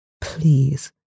Please